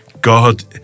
God